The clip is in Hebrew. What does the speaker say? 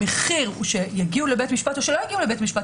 המחיר הוא שיגיעו לבית משפט או שלא יגיעו לבית משפט,